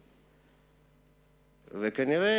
וכנראה,